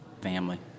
family